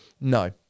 No